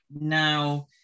Now